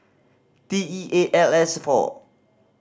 T E eight L S four